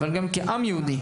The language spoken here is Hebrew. אבל גם כעם יהודי,